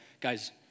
guys